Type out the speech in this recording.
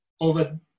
over